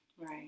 Right